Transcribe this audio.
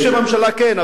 בשם הממשלה כן,